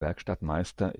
werkstattmeister